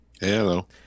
Hello